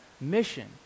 mission